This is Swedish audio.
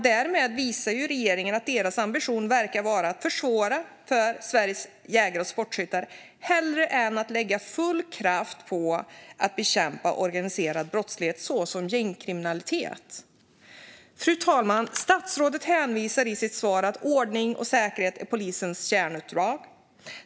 Därmed visar regeringen att dess ambition verkar vara att försvåra för Sveriges jägare och sportskyttar i stället för att lägga full kraft på att bekämpa organiserad brottslighet såsom gängkriminalitet. Fru talman! Statsrådet hänvisar i sitt svar till att ordning och säkerhet är polisens kärnuppdrag.